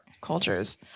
cultures